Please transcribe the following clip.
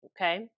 Okay